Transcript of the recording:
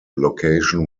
location